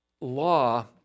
law